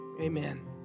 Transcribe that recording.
Amen